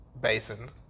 basin